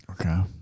Okay